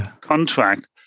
contract